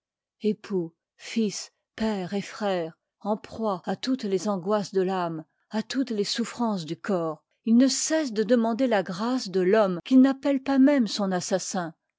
epoux fils père et fnère en proie à toutes les angoisses der l'âme y à toutes les souffrances du corps ii part il ne cesse de demander la grâce de v homme liv il qu'il n'appelle pas même son assassin